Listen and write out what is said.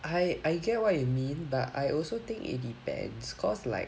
I I get what you mean but I also think it depends cause like